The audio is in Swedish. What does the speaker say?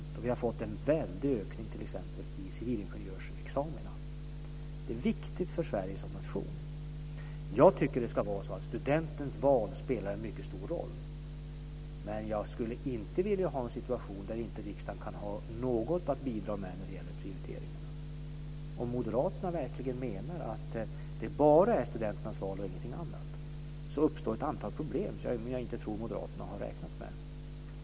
Vi har t.ex. fått en väldig ökning av civilingenjörsexamina. Det är viktigt för Sverige som nation. Jag tycker att studentens val ska spela en mycket stor roll. Men jag skulle inte vilja ha en situation där riksdagen inte hade något att bidra med när det gäller prioriteringar. Om moderaterna verkligen menar att det bara är studenternas val och ingenting annat som ska styra uppstår ett antal problem, som jag inte tror att moderaterna har räknat med.